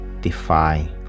defy